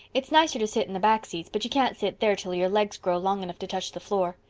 it's nicer to sit in the back seats but you can't sit there till your legs grow long enough to touch the floor.